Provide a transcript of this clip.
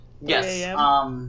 Yes